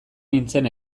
nintzen